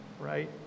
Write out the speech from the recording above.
right